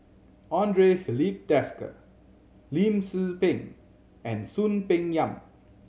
Andre Filipe Desker Lim Tze Peng and Soon Peng Yam